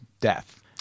death